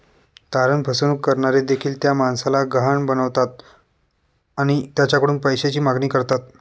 तारण फसवणूक करणारे देखील त्या माणसाला गहाण बनवतात आणि त्याच्याकडून पैशाची मागणी करतात